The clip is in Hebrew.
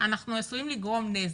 אנחנו עשויים לגרום נזק.